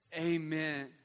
Amen